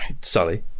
Sully